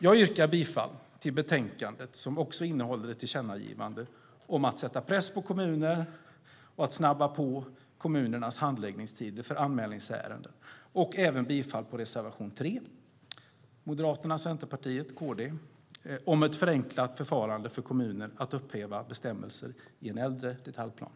Jag yrkar bifall till förslaget i betänkandet, som också innehåller ett tillkännagivande om att sätta press på kommunerna att korta ned sina handläggningstider för anmälningsärenden. Jag yrkar även bifall till reservation 3 från Moderaterna, Centerpartiet och Kristdemokraterna om ett förenklat förfarande för kommuner att upphäva bestämmelser i en äldre detaljplan.